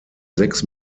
sechs